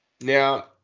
Now